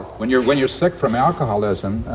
when you're when you're sick from alcoholism,